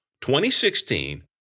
2016